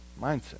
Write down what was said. mindset